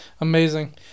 amazing